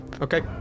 Okay